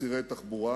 צירי תחבורה.